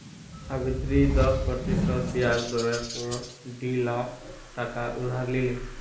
सावित्री दस प्रतिशत ब्याज दरेर पोर डी लाख टका उधार लिले